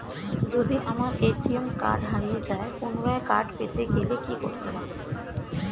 যদি আমার ATM card হারিয়ে যায় পুনরায় কার্ড পেতে গেলে কি করতে হবে?